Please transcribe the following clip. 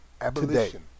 abolition